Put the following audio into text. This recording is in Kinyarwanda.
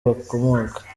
bakomoka